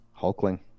Hulkling